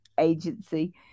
Agency